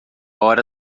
hora